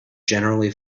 generally